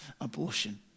abortion